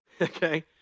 okay